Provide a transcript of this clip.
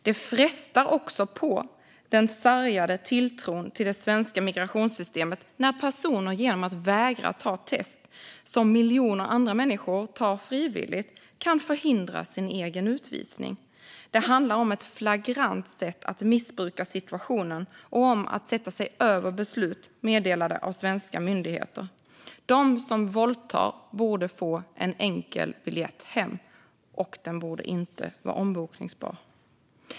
Det frestar också på den sargade tilltron till det svenska migrationssystemet när personer genom att vägra ta ett test som miljoner andra människor tar frivilligt kan förhindra sin egen utvisning. Det handlar om ett flagrant sätt att missbruka situationen och om att sätta sig över beslut meddelade av svenska myndigheter. De som våldtar borde få en enkel biljett hem, och den borde inte vara ombokningsbar.